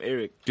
Eric